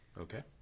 Okay